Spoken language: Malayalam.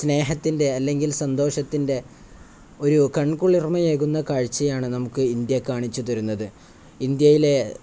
സ്നേഹത്തിൻ്റെ അല്ലെങ്കിൽ സന്തോഷത്തിൻ്റെ ഒരു കൺകുളിർമ്മയേകുന്ന കാഴ്ചയാണു നമുക്ക് ഇന്ത്യ കാണിച്ചുതരുന്നത് ഇന്ത്യയിലെ